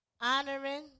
honoring